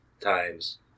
times